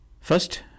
First